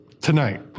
tonight